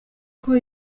uko